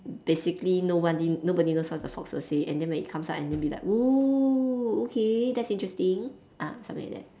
basically no one didn't nobody knows what the fox will say and then when it comes out and then be like !whoa! okay that's interesting ah something like that